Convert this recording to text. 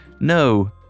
no